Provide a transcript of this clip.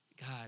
God